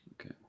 Okay